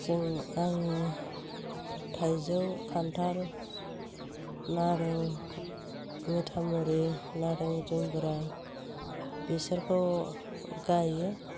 जों आङो थाइजौ खान्थाल नारें मिथा मुरि नारें जुमब्रा बेसोरखौ गायो